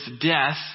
death